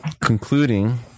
concluding